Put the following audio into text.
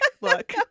look